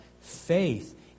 faith